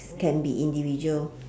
can be individual